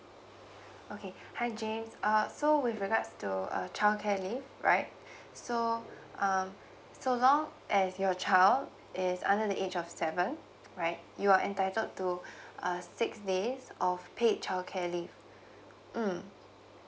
okay hi james uh so with regards to uh childcare leave right so uh so long as your child is under the age of seven right you are entitled to uh six days of paid childcare leave mm